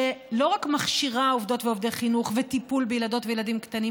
שלא רק מכשירה עובדות ועובדי חינוך וטיפול בילדות וילדים קטנים